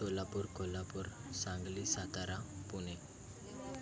Solapur Kolhapur Sangli Satara Pune